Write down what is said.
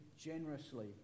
generously